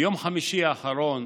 ביום חמישי האחרון